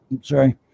Sorry